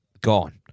gone